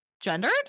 gendered